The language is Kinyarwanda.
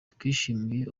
twishimiye